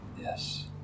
Yes